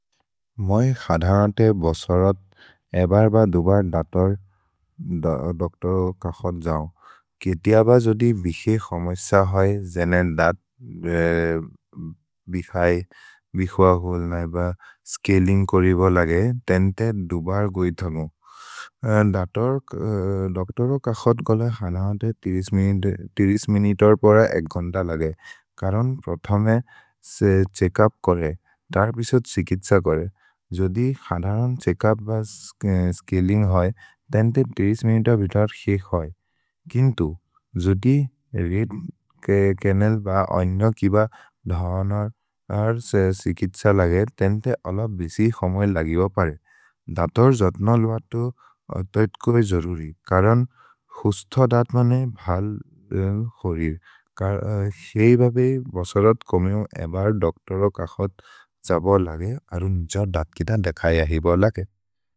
मए क्सधनते बसरत् एबर् ब दुबर् दतोर् दोक्तोरो कक्सत् जओ। केति अब जोदि बिखे खमेस होइ, जेनेर् दत् बिखै बिखुअहुल् नैब स्केल्लिन्ग् करिबो लगे, तेन् ते दुबर् गुइ थनु। दतोर् दोक्तोरो कक्सत् गोले क्सधनते मिनितोर् पोर एक् गुन्द लगे, करुन् प्रोथोमे से छेच्कुप् कोरे, दर् बिसोद् सिकित्स कोरे। जोदि क्सधनोन् छेच्कुप् ब स्केल्लिन्ग् होइ, तेन् ते मिनितोर् बितर् शेक् होइ। किन्तु, जोदि रीद् के केनेल् ब ऐनो किब धनर् से सिकित्स लगे, तेन् ते अलप् बिसि खमए लगिब परे। दतोर् जद्नलु अतो अतेत्को ए जरुरि, करुन् हुस्थो दत् मने भल् खोरिर्। सेहि बबे बसरत् कोमेउ एबर् दोक्तोरो कक्सत् जबो लगे, अरुन् जो दत् कित देखै अहिब ओलेके।